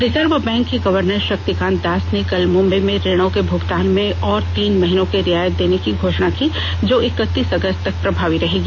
reserve bank के governor Shaktikanta Das ने कल मुंबई में ऋणों के भुगतान में और तीन महीनों की रियायत देने की घोषणा की जो इकतीस अगस्त तक प्रभावी रहेगी